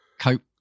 cope